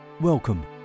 Welcome